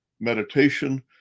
meditation